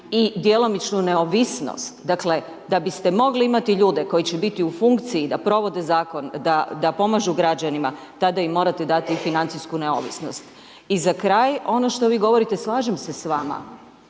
i djelomičnu neovisnost. Dakle, da biste mogli imati ljude, koji će biti u funkciji, da provode zakon, da pomažu građanima, tada im morate dati i financijsku neovisnost. I za kraj, ono što vi govorite, slažem se s vama,